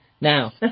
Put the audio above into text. now